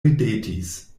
ridetis